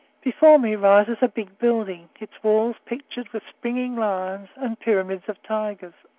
before me rises a big building, its walls pictured with springing lions and pyramids of tigers.